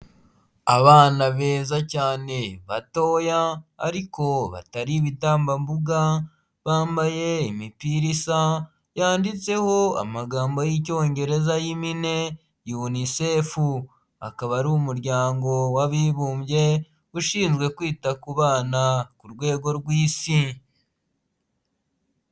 Abana beza cyane batoya ariko batari ibitambambuga, bambaye imipiri isa yanditseho amagambo y'icyongereza y'impene Unicef. Akaba ari umuryango w'abibumbye ushinzwe kwita ku bana ku rwego rw'isi.